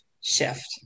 shift